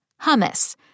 Hummus